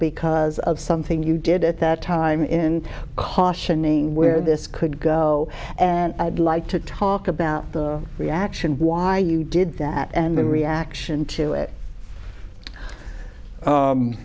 because of something you did at that time in cautioning where this could go and i'd like to talk about reaction why you did that and the reaction to it